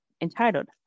entitled